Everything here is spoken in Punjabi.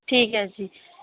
ਠੀਕ ਹੈ ਜੀ